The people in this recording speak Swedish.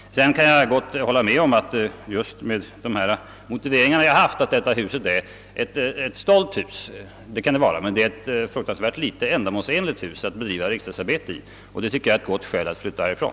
Med de motiveringar jag här framfört kan jag för övrigt hålla med herr Berglund om att det här är ett stolt hus, men det är fruktansvärt lite ändamålsenligt att bedriva riksdagsarbete i, och det tycker jag är ett gott skäl för att flytta härifrån.